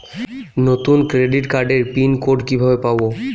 নতুন ক্রেডিট কার্ডের pin code কিভাবে পাব?